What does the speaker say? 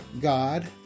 God